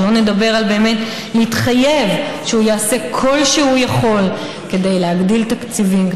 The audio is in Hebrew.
שלא לדבר על באמת להתחייב שהוא יעשה כל שהוא יכול כדי להגדיל תקציבים,